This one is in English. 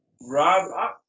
Rob